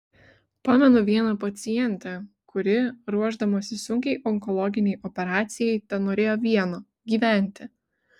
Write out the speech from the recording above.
pamenu vieną pacientę kuri ruošdamasi sunkiai onkologinei operacijai tenorėjo vieno gyventi